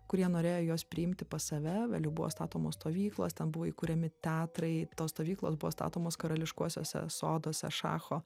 kurie norėjo juos priimti pas save vėliau buvo statomos stovyklos ten buvo įkuriami teatrai tos stovyklos buvo statomos karališkuosiuose soduose šacho